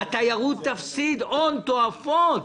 התיירות תפסיד הון תועפות.